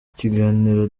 ikiganiro